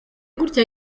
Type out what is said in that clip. gutya